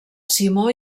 simó